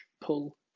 pull